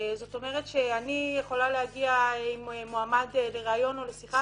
זאת אומרת שאני יכולה להגיד עם מועמד לריאיון או לשיחה